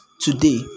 today